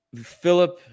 Philip